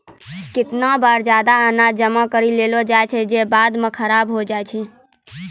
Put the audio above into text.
केतना बार जादा अनाज जमा करि लेलो जाय छै जे बाद म खराब होय जाय छै